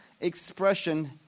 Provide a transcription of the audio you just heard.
expression